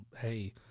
Hey